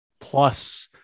plus